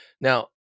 now